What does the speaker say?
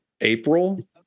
April